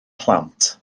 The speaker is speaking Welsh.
plant